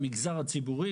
המגזר הציבורי,